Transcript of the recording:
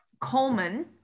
Coleman